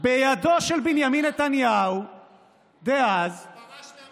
בידו של בנימין נתניהו היה אז -- הוא פרש מהממשלה.